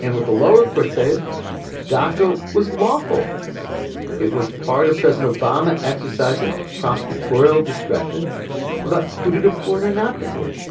and with the lower court say as darko was lawful it was part of president obama exercising prosecutorial discretion about but who to deport or not deport.